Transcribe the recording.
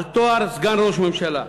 על תואר סגן ראש ממשלה.